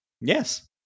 yes